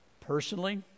personally